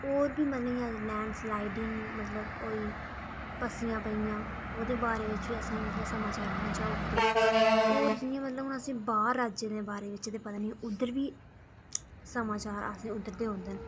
होर बी मतलब कि लैंड स्लाइडिंग होई पस्सियां पेइयां ओह्दे बारे च बी असें गी एह्दा समाचार पजाई ओड़दे होर जि'यां मतलब कि असें बाहर राज्यें दे बारे च ते पता निं उद्धर बी समाचार असें गी उद्धर दे औंदे न